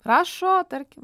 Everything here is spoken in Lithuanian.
rašo tarkim